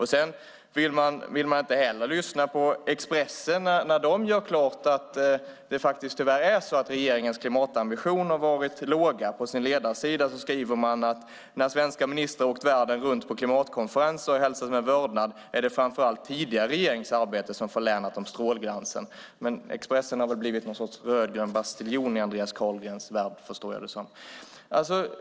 Han vill inte heller lyssna på Expressen när den på sin ledarsida gör klart att regeringens klimatambitioner tyvärr har varit låga. Den skriver på sin ledarsida: När svenska ministrar åkt världen runt på klimatkonferenser och hälsats med vördnad är det framför allt tidigare regerings arbete som förlänat dem strålglansen. Men Expressen har väl blivit något slags rödgrön bastiljon i Andreas Carlgrens värld, förstår jag det som.